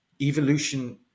evolution